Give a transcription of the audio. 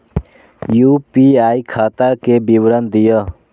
UPI खाता के विवरण दिअ?